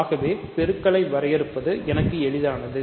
ஆகவே பெருக்கலை வரையறுப்பது எனக்கு எளிதானது